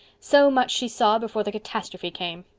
so much she saw before the catastrophe came.